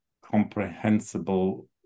comprehensible